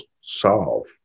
solve